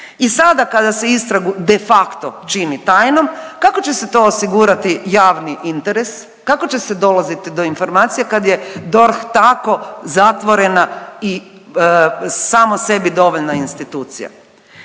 i sada kada se istragu de facto čini tajnom, kako će se to osigurati javni interes, kako će se dolaziti do informacija kad je DORH tako zatvorena i samo sebi dovoljna institucija?